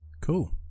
cool